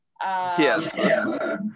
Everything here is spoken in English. Yes